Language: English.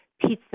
pizza